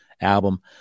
album